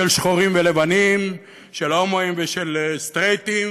של שחורים ולבנים, של הומואים ושל סטרייטים,